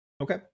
okay